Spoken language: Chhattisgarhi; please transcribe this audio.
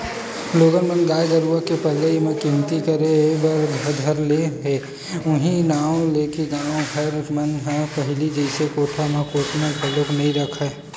लोगन मन गाय गरुवा के पलई ल कमती करे बर धर ले उहीं नांव लेके गाँव घर के मन ह पहिली जइसे कोठा म कोटना घलोक नइ रखय